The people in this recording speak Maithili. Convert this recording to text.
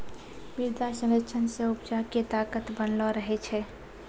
मृदा संरक्षण से उपजा के ताकत बनलो रहै छै